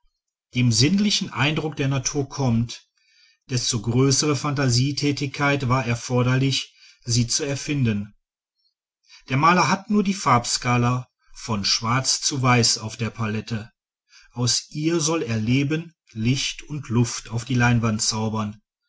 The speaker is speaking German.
dem sinnlichen eindruck der natur kommt desto größere phantasietätigkeit war erforderlich sie zu erfinden der maler hat nur die farbenskala von schwarz zu weiß auf der palette aus ihr soll er leben licht und luft auf die leinwand zaubern